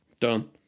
Done